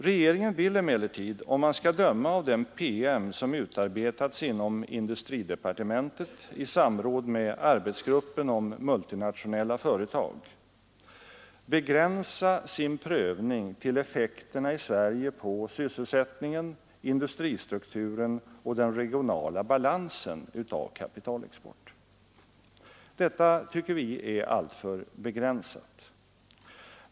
Regeringen vill emellertid, om man skall döma av den PM som utarbetats inom industridepartementet i samråd med arbetsgruppen om multinationella företag, begränsa prövningen till kapitalexportens effekter i Sverige på sysselsättningen, industristrukturen och den regionala balansen. Detta tycker vi är alltför begränsat.